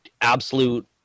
absolute